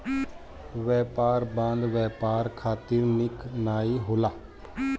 व्यापार बाधाएँ व्यापार खातिर निक नाइ होला